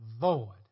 void